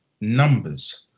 numbers